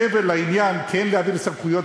מעבר לעניין כן להעביר סמכויות,